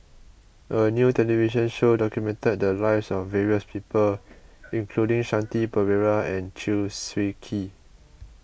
a new television show documented the lives of various people including Shanti Pereira and Chew Swee Kee